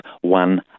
one